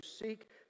seek